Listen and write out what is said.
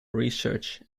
research